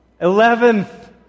Eleventh